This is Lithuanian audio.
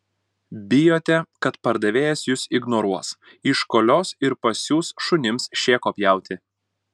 bijote kad pardavėjas jus ignoruos iškolios ir pasiųs šunims šėko pjauti